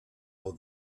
all